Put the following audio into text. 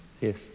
Yes